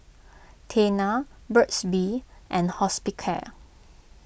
Tena Burt's Bee and Hospicare